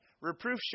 Reproof